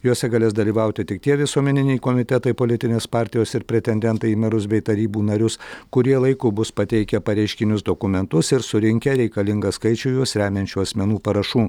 juose galės dalyvauti tik tie visuomeniniai komitetai politinės partijos ir pretendentai į merus bei tarybų narius kurie laiku bus pateikę pareiškinius dokumentus ir surinkę reikalingą skaičių juos remiančių asmenų parašų